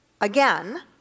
again